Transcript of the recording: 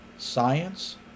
science